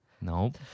Nope